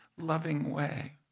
loving way,